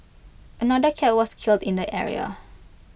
another cat was killed in the area